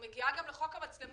היא מגיעה גם לחוק המצלמות,